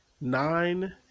nine